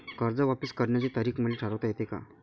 कर्ज वापिस करण्याची तारीख मले ठरवता येते का?